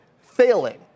failing